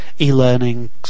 e-learning